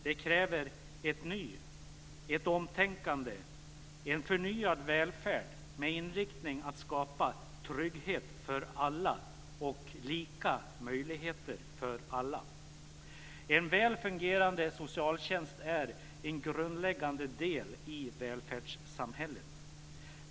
Det kräver ett nyoch omtänkande, en förnyad välfärd med inriktning på att skapa trygghet för alla och lika möjligheter för alla. En väl fungerande socialtjänst är en grundläggande del i välfärdssamhället.